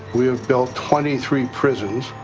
we've built twenty three prisons,